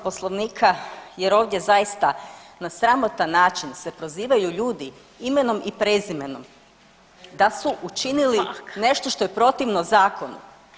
Poslovnika jer ovdje zaista na sramotan način se prozivaju ljudi imenom i prezimenom da su učinili nešto što je protivno zakonu.